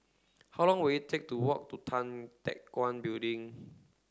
how long will it take to walk to Tan Teck Guan Building